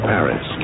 Paris